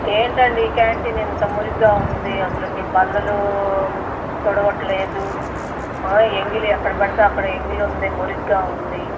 ఏంటండి క్యాంటిన్ ఇంత మురికిగా వుంది అసలు బల్లలు తుడవట్లేదు ఎంగిలి ఎక్కడబడితే అక్కడ ఎంగిలి ఉంది మురికిగా వుంది